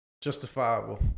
justifiable